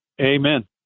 Amen